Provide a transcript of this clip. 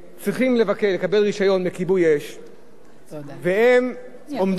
והם עומדים לא פעם בביורוקרטיה ובסחבת קשה,